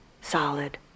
solid